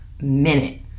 minute